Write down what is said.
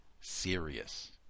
serious